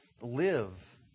live